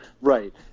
Right